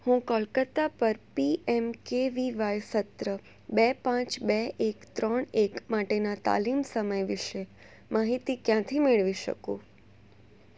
હું કોલકત્તા પર P M K V Y સત્ર બે પાંચ બે એક ત્રણ એક માટેના તાલીમ સમય વિશે માહિતી ક્યાંથી મેળવી શકું